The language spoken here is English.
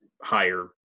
higher